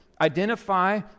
Identify